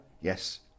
Yes